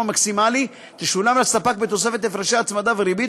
המקסימלי תשולם לספק בתוספת הפרשי הצמדה וריבית,